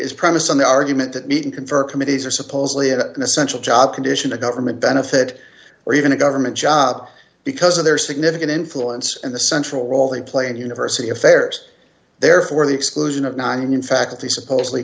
is premised on the argument that meeting confer committees are supposedly a an essential job condition a government benefit or even a government job because of their significant influence and the central role they play in university affairs therefore the exclusion of nonunion faculty supposedly